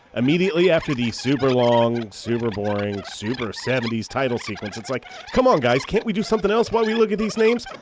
immediately after the super long, and super boring super seventy s title sequence it's like come on guys can't we do something else while we look at these names,